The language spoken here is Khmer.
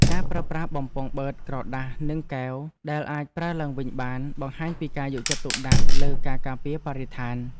ការប្រើប្រាស់បំពង់បឺតក្រដាសនិងកែវដែលអាចប្រើឡើងវិញបានបង្ហាញពីការយកចិត្តទុកដាក់លើការការពារបរិស្ថាន។